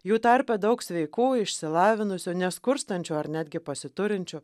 jų tarpe daug sveikų išsilavinusių neskurstančių ar netgi pasiturinčių